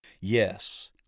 Yes